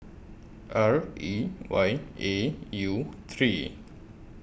R E Y A U three